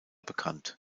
bekannt